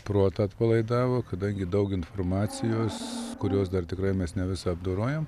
protą atpalaidavo kadangi daug informacijos kurios dar tikrai mes ne visą apdorojam